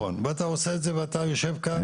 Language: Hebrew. נכון, ואתה עושה את זה ואתה יושב כאן.